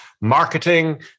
marketing